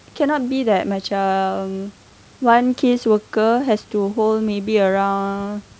cannot be that macam one case worker has to hold maybe around